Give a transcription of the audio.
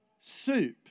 soup